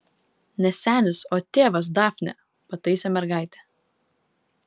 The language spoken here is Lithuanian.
ne senis o tėvas dafne pataisė mergaitę